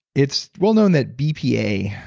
it's well-known that bpa,